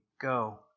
go